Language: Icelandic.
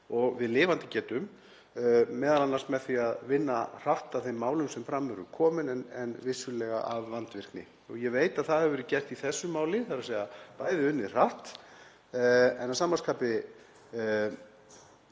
og við lifandi getum, m.a. með því að vinna hratt að þeim málum sem fram eru komin en vissulega af vandvirkni. Ég veit að það hefur verið gert í þessu máli, unnið hratt en að sama skapi